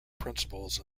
principles